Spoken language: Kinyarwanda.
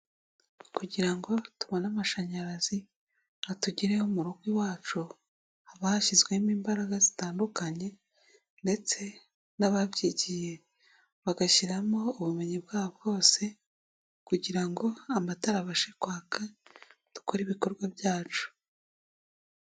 Kugira ngo tubone amashanyarazi atugereho mu rugo iwacu haba hashyizwemo imbaraga zitandukanye ndetse n'ababyigiye bagashyiramo ubumenyi bwabo bwose kugira ngo amatara abashe kwaka dukore ibikorwa byacu.